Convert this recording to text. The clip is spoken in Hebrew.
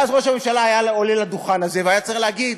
ואז ראש הממשלה היה עולה לדוכן הזה והיה צריך להגיד: